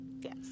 Yes